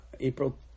April